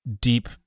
deep